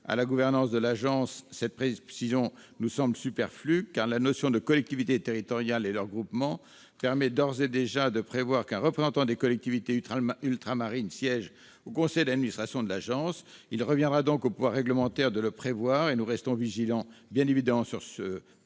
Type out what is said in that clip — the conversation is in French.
à la gouvernance de l'agence, cette précision nous semble superflue. La notion de « collectivités territoriales et leurs groupements » permet d'ores et déjà de prévoir qu'un représentant des collectivités ultramarines siège au conseil d'administration de l'agence. Il reviendra donc au pouvoir réglementaire de le prévoir, et nous resterons vigilants, bien évidemment, sur ce point.